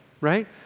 right